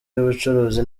y’ubucuruzi